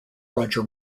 roger